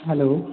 hello